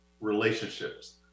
relationships